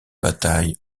bataille